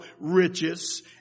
riches